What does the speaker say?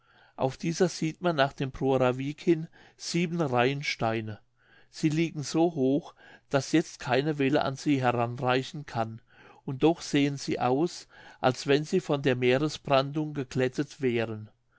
auf dieser sieht man nach dem prorer wiek hin sieben reihen steine sie liegen so hoch daß jetzt keine welle an sie heranreichen kann und doch sehen sie aus als wenn sie von der meeres brandung geglättet wären